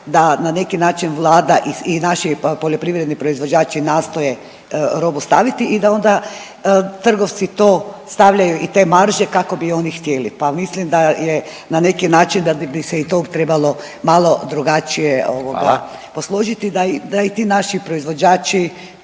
da na neki način vlada i naši poljoprivredni proizvođači nastoje robu staviti i da onda trgovci to stavljaju i te marže kako bi oni htjeli. Pa mislim da je na neki način da bi se i to trebalo malo drugačije posložiti … …/Upadica